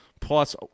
plus